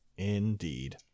indeed